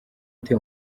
ute